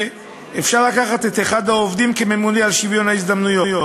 אפשר למנות את אחד העובדים לממונה על שוויון ההזדמנויות,